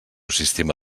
sistema